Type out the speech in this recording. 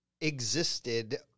existed